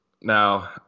Now